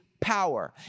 power